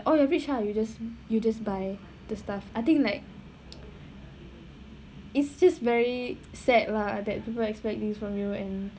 oh you're rich ah you just you just buy the stuff I think like is just very sad lah that people expect this from you and